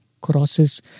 crosses